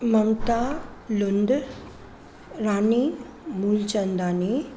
Mamta Lund Rani Moolchandani